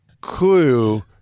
Clue